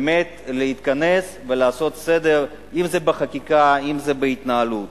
באמת, להתכנס ולעשות סדר, אם בחקיקה, אם בהתנהלות.